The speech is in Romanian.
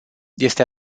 este